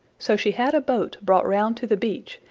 so she had a boat brought round to the beach,